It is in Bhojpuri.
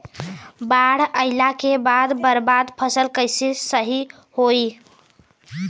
बाढ़ आइला के बाद बर्बाद फसल कैसे सही होयी?